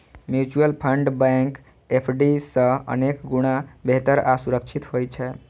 mutual fund bank FD सं अनेक गुणा बेहतर आ सुरक्षित होइ छै